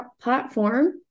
platform